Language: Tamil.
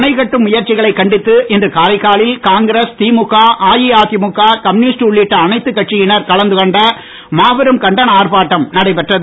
அணைக் கட்டும் முயற்சிகளை கண்டித்து இன்று காரைக்காலில் காங்கிரஸ் திமுக அஇஅதிமுக கம்யுனிஸ்ட் உள்ளிட்ட அனைத்து கட்சியினர் கலந்து கொண்ட மாபெரும் கண்டன ஆர்ப்பாட்டம் நடைபெற்றது